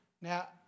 Now